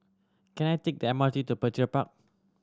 can I take the M R T to Petir Park